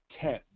ten